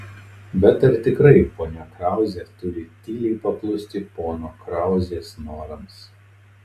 bet ar tikrai ponia krauzė turi tyliai paklusti pono krauzės norams